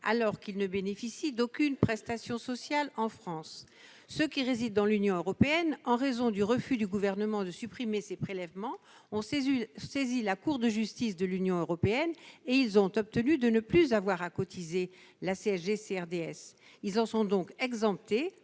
alors qu'ils ne bénéficient d'aucune prestation sociale en France. Ceux qui résident dans l'Union européenne, en raison du refus du Gouvernement de supprimer ces prélèvements, ont saisi la Cour de justice de l'Union européenne. Ils ont ainsi obtenu de ne plus avoir à s'acquitter des cotisations de